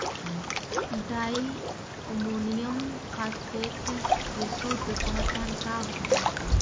Di ammonium phosphate के शुद्ध पहचान का होखे?